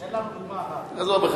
תן לנו דוגמה אחת.